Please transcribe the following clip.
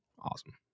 awesome